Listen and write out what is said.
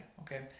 Okay